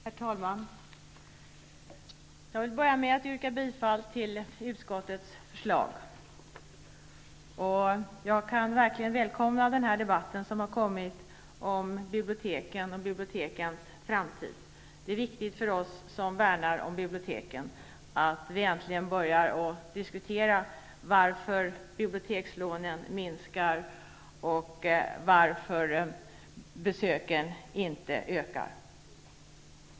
Herr talman! Jag vill börja med att yrka bifall till utskottets förslag. Jag välkomnar verkligen debatten om bibliotekens framtid. Det är viktigt för oss som värnar om biblioteken att det äntligen börjar diskuteras varför bibliotekslånen minskar och varför besöken inte ökar.